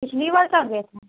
پچھلی بار کب گئے تھے